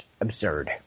absurd